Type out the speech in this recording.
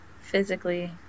Physically